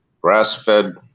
grass-fed